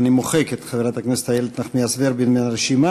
אני מוחק את חברת הכנסת איילת נחמיאס ורבין מהרשימה.